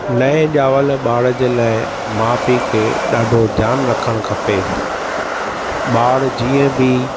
नएं ॼावल ॿार जे लाइ माउ पीउ खे ॾाढो ध्यानु रखणु खपे ॿारु जीअं बि